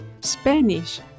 Spanish